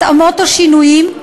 התאמות או שינויים,